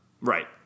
Right